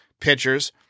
pitchers